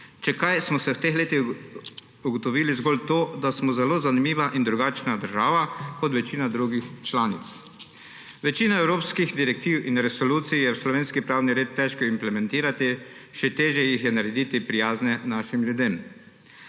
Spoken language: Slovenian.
Če kaj, smo v teh letih ugotovili zgolj to, da smo zelo zanimiva in drugačna država kot večina drugih članic. Večino evropskih direktiv in resolucij je v slovenski pravni red težko implementirati, še težje jih je narediti prijazne našim ljudem.